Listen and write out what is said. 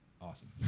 awesome